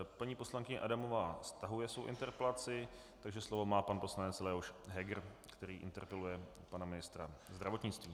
Paní poslankyně Adamová stahuje svou interpelaci, takže slovo má pan poslanec Leoš Heger, který interpeluje pana ministra zdravotnictví.